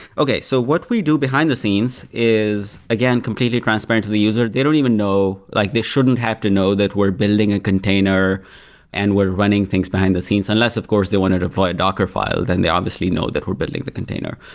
so what we do behind the scenes is again completely transparent to the user. they don't even know like they shouldn't have to know that we're building a container and we're running things behind the scenes, unless of course they wanted to put a docker file, then they obviously know that we're building the container.